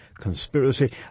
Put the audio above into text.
conspiracy